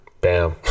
Bam